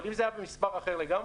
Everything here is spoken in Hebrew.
אבל אם זה היה במספר אחר לגמרי,